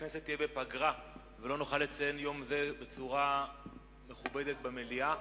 הכנסת תהיה בפגרה ולא נוכל לציין יום זה בצורה מכובדת במליאה.